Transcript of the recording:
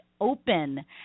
Open